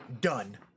done